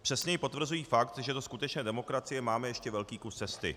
Přesněji potvrzují fakt, že do skutečné demokracie máme ještě velký kus cesty.